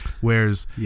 whereas